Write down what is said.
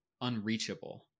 unreachable